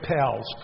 pals